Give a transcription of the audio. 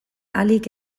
ahalik